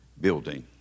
building